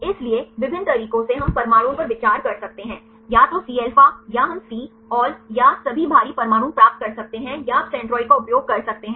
इसलिए विभिन्न तरीकों से हम परमाणुओं पर विचार कर सकते हैं या तो Cα या हम C all या सभी भारी परमाणु प्राप्त कर सकते हैं या आप सेंट्रोइड का उपयोग कर सकते हैं